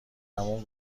اون